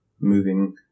moving